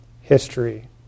history